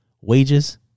wages